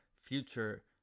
future